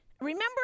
Remember